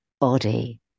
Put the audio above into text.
body